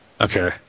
Okay